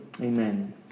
Amen